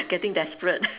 getting desperate